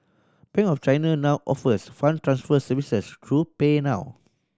Bank of China now offers funds transfer services through PayNow